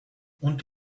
und